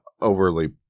overly